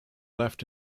left